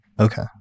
Okay